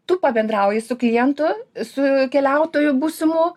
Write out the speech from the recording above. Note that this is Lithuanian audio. tu pabendrauji su klientu su keliautoju būsimu